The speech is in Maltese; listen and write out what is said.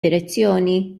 direzzjoni